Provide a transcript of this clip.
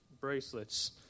bracelets